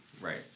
Right